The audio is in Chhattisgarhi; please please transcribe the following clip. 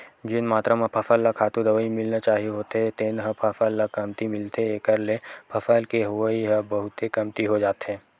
जेन मातरा म फसल ल खातू, दवई मिलना चाही होथे तेन ह फसल ल कमती मिलथे एखर ले फसल के होवई ह बहुते कमती हो जाथे